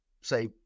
say